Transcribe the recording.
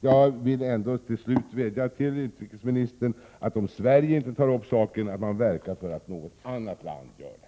Jag vill till slut vädja till utrikesministern att, om inte Sverige tar upp frågan, verka för att något annat land gör det.